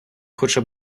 хоче